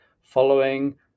following